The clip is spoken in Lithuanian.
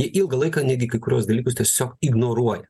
jie ilgą laiką netgi kai kuriuos dalykus tiesiog ignoruoja